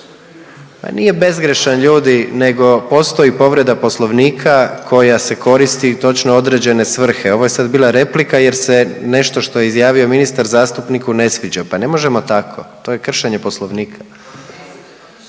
Ma nije bezgrešan ljudi nego postoji povreda Poslovnika koja se koristi u točno određene svrhe. Ovo je sad bila replika jer se nešto što je izjavio ministar zastupniku ne sviđa, pa ne možemo tako. To je kršenje Poslovnika.